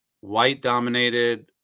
white-dominated